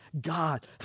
God